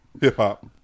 Hip-hop